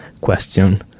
question